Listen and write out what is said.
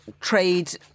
trade